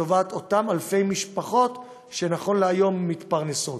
לטובת אותן אלפי משפחות שכיום מתפרנסות.